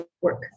work